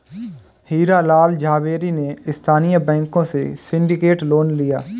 हीरा लाल झावेरी ने स्थानीय बैंकों से सिंडिकेट लोन लिया